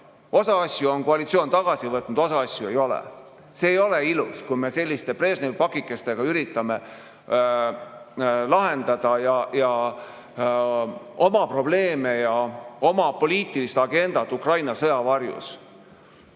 Osa asju on koalitsioon tagasi võtnud, osa asju ei ole. See ei ole ilus, kui me selliste Brežnevi pakikestega üritame lahendada oma probleeme ja oma poliitilist agendat Ukraina sõja varjus.